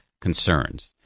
concerns